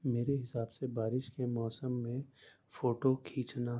میرے حساب سے بارش کے موسم میں فوٹو کھینچنا